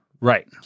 Right